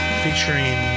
featuring